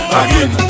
again